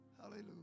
Hallelujah